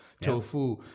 tofu